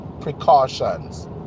precautions